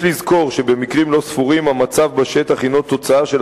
יש לזכור שבמקרים לא ספורים המצב בשטח הינו תוצאה של